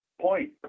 point